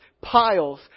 piles